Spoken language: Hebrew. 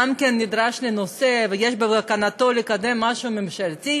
נדרש לנושא ויש בכוונתו לקדם משהו ממשלתי,